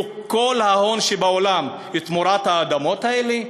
את כל ההון שבעולם תמורת האדמות האלה?